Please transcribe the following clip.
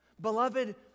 Beloved